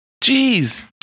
Jeez